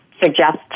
suggest